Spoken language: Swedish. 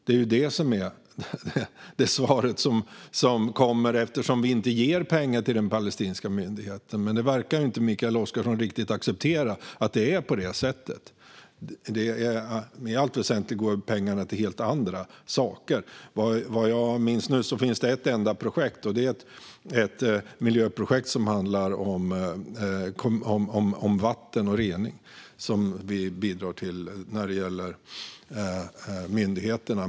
Det är det svar som kommer, eftersom vi inte ger pengar till den palestinska myndigheten. Men Mikael Oscarsson verkar inte riktigt acceptera att det är på det sättet. I allt väsentligt går pengarna till helt andra saker. Vad jag minns nu finns det ett enda projekt, ett miljöprojekt som handlar om vattenrening, som vi bidrar till när det gäller myndigheterna.